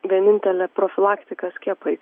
vienintelė profilaktika skiepai